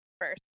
first